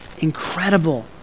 incredible